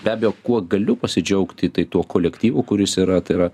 be abejo kuo galiu pasidžiaugti tai tuo kolektyvu kuris yra tai yra